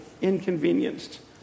inconvenienced